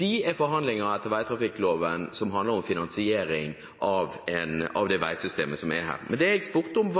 Det er forhandlinger etter vegtrafikkloven som handler om finansiering av det veisystemet som er her. Men det jeg spurte om,